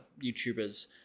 youtubers